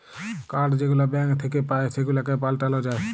card যেগুলা bank থ্যাইকে পাই সেগুলাকে পাল্টাল যায়